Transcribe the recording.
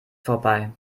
vorbei